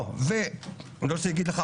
לבוא ואני לא רוצה אגיד לך,